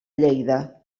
lleida